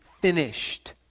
finished